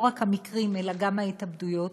לא רק המקרים אלא גם ההתאבדויות,